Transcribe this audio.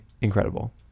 incredible